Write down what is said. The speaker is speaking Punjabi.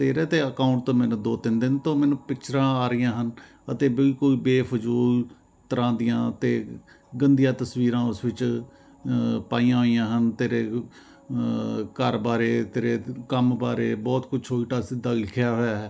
ਤੇਰੇ ਤਾਂ ਅਕਾਊਂਟ ਤੋਂ ਮੈਨੂੰ ਦੋ ਤਿੰਨ ਦਿਨ ਤੋਂ ਮੈਨੂੰ ਪਿਕਚਰਾਂ ਆ ਰਹੀਆਂ ਹਨ ਅਤੇ ਬਿਲਕੁਲ ਬੇਫਜ਼ੂਲ ਤਰ੍ਹਾਂ ਦੀਆਂ ਅਤੇ ਗੰਦੀਆਂ ਤਸਵੀਰਾਂ ਉਸ ਵਿੱਚ ਪਾਈਆਂ ਹੋਈਆਂ ਹਨ ਤੇਰੇ ਘਰ ਬਾਰੇ ਤੇਰੇ ਕੰਮ ਬਾਰੇ ਬਹੁਤ ਕੁਝ ਉਲਟਾ ਸਿੱਧਾ ਲਿਖਿਆ ਹੋਇਆ ਹੈ